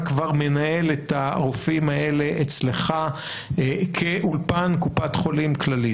כבר מנהל את הרופאים האלה אצלך כאולפן קופת חולים כללית,